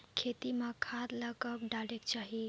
खेती म खाद ला कब डालेक चाही?